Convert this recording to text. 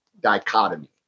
dichotomy